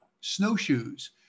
snowshoes